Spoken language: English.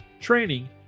training